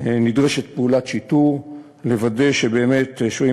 נדרשת פעולת שיטור לוודא שבאמת שוהים